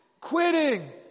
quitting